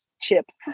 chips